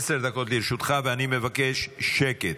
עשר דקות לרשותך, ואני מבקש שקט.